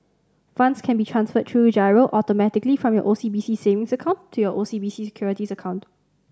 funds can be transferred through giro automatically from your O C B C savings account to your O C B C Securities account